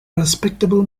respectable